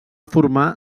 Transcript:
formar